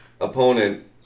opponent